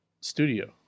studio